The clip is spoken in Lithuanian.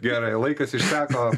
gerai laikas išseko